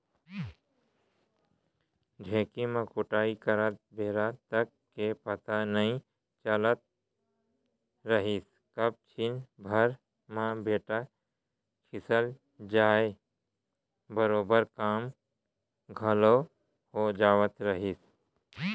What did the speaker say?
ढेंकी म कुटई करत बेरा तक के पता नइ चलत रहिस कब छिन भर म बेटा खिसल जाय बरोबर काम घलौ हो जावत रहिस